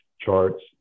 charts